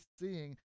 seeing